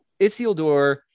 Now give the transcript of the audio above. isildur